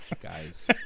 Guys